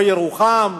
או ירוחם.